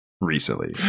recently